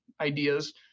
ideas